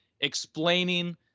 Explaining